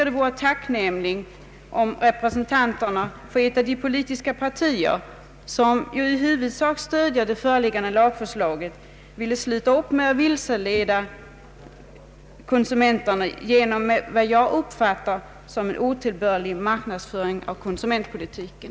Det vore tacknämligt om representanterna för moderata samlingspartiet, som i huvudsak stöder det föreliggande lagförslaget, ville sluta att vilseleda genom vad jag uppfattar som en otillbörlig marknadsföring av konsumentpolitiken.